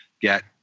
get